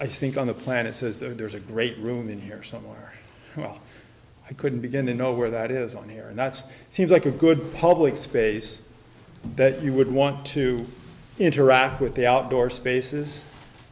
i think on the planet says there's a great room in here somewhere well i couldn't begin to know where that is on here and that's seems like a good public space that you would want to interact with the outdoor spaces